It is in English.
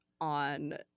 on